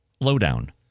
Lowdown